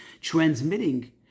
transmitting